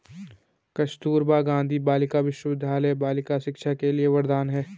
कस्तूरबा गांधी बालिका विद्यालय बालिका शिक्षा के लिए वरदान है